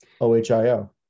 O-H-I-O